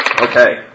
Okay